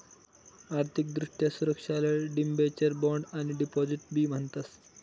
आर्थिक दृष्ट्या सुरक्षाले डिबेंचर, बॉण्ड आणि डिपॉझिट बी म्हणतस